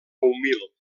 humil